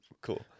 cool